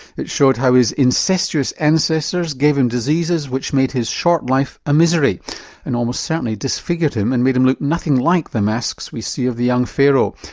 it showed how his incestuous ancestors gave him diseases which made his short life a misery and almost certainly disfigured him and made him look nothing like the masks we see of the young pharaoh.